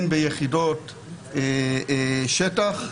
הן ביחידות שטח,